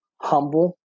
Humble